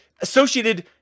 Associated-